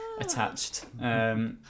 attached